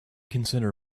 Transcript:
consider